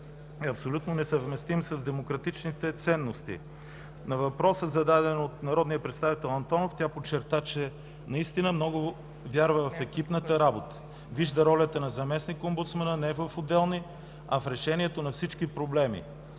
абсолютно несъвместим с демократичните ценности. На въпроса, зададен от народния представител Антонов, тя подчерта, че наистина много вярва в екипната работа. Вижда ролята на заместник-омбудсмана не в отделни, а в решението на всички проблеми